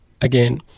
Again